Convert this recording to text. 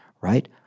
right